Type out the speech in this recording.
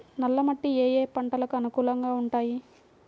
నల్ల మట్టి ఏ ఏ పంటలకు అనుకూలంగా ఉంటాయి?